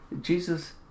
Jesus